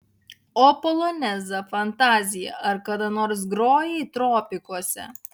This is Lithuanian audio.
o polonezą fantaziją ar kada nors grojai tropikuose